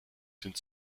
sind